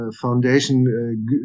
foundation